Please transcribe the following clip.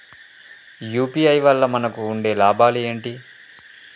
UPI వల్ల మనకు ఉండే లాభాలు ఏంటి?